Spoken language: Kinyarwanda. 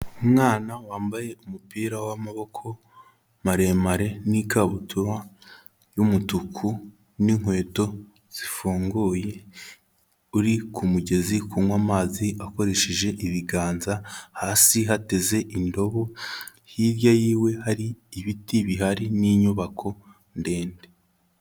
Umwana wambaye umupira w'amaboko maremare n'ikabutura y'umutuku n'inkweto zifunguye, uri ku mugezi kunywa amazi akoresheje ibiganza, hasi hateze indobo, hirya y'iwe hari ibiti bihari n'inyubako ndende.